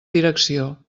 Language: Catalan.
direcció